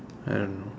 I don't know